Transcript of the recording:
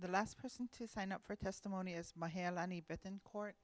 the last person to sign up for testimony as my hand